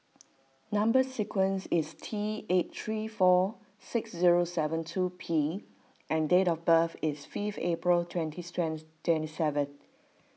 Number Sequence is T eight three four six zero seven two P and date of birth is fifth April twenty strength seven